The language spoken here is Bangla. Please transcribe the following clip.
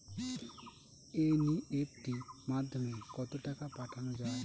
এন.ই.এফ.টি মাধ্যমে কত টাকা পাঠানো যায়?